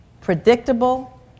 predictable